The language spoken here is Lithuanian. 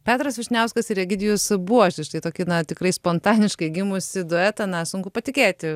petras vyšniauskas ir egidijus buožis štai tokį na tikrai spontaniškai gimusi duetą na sunku patikėti